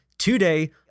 Today